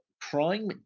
crime